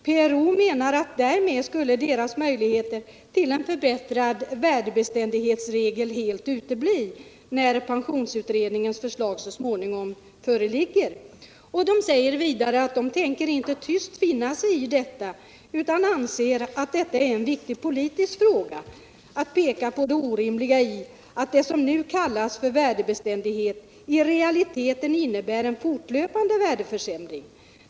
PRO menar att pensionärernas möjligheter till en förbättrad värdebeständighetsregel därmed helt uteblir när pensionsutredningens förslag så småningom föreligger. PRO säger vidare att organisationen inte tänker tyst finna sig i detta utan anser att det är en viktig politisk fråga och pekar på det orimliga i att det som nu kallas värdebeständighet i realiteten innebär en fortlöpande värdeförsämring.